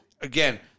again